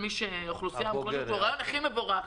והאוכלוסייה המוחלשת הוא הרעיון הכי מבורך.